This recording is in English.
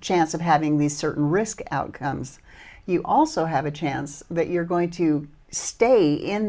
chance of having these certain risk outcomes you also have a chance that you're going to stay in